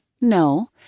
No